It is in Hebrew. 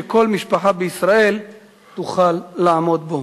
שכל משפחה בישראל תוכל לעמוד בו.